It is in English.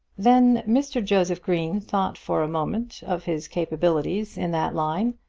then mr. joseph green thought for a moment of his capabilities in that line,